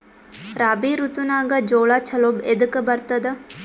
ರಾಬಿ ಋತುನಾಗ್ ಜೋಳ ಚಲೋ ಎದಕ ಬರತದ?